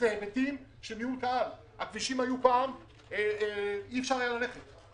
היית יוצא ממירון עם עגלה ותוך 10 שניות היית